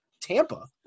Tampa